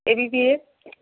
A B P A